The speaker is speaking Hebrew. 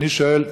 ואני שואל: